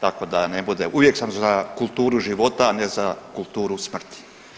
Tako da ne bude, uvijek sam za kulturu život, a ne za kulturu smrti.